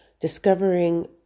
discovering